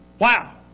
Wow